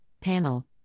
Panel